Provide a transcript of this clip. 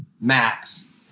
Max